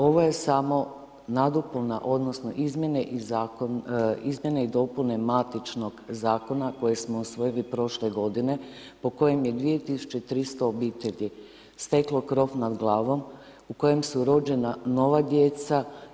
Ovo je samo nadopuna odnosno izmjene i dopune matičnog Zakona koji smo usvojili prošle godine, po kojem je 2300 obitelji steklo kroz nad glavom, u kojem su rođena nova djela.